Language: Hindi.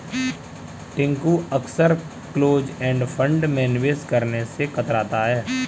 टिंकू अक्सर क्लोज एंड फंड में निवेश करने से कतराता है